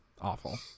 awful